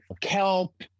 kelp